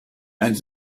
and